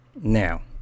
Now